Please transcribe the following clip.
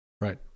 right